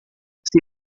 você